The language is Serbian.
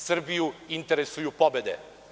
Srbiju interesuju pobede.